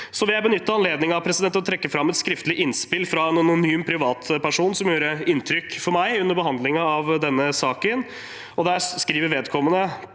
benytte anledningen til å trekke fram et skriftlig innspill fra en anonym privatperson som gjorde inntrykk på meg under behandlingen av denne saken. Vedkommende